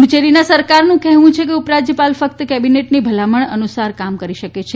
પુડુંચેરી સરકારનું કહેવું છે કે ઉપરાજ્યપાલ ફક્ત કેબિનેટની ભલામણ અનુસાર કામ કરી શકે છે